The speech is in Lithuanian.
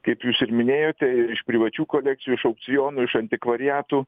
kaip jūs ir minėjote ir iš privačių kolekcijų iš aukcionų iš antikvariatų